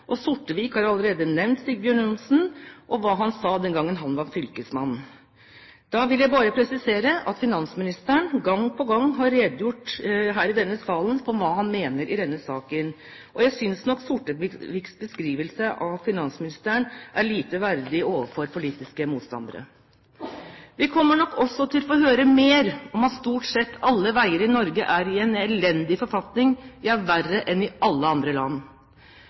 og Sortevik har jo allerede nevnt Sigbjørn Johnsen og hva han sa den gangen han var fylkesmann. Da vil jeg bare presisere at finansministeren gang på gang har redegjort her i denne salen for hva han mener i denne saken, og jeg synes nok Sorteviks beskrivelse av finansministeren er lite verdig overfor politiske motstandere. Vi kommer nok også til å få høre mer om at stort sett alle veier i Norge er i en elendig forfatning, ja, verre enn i alle andre land.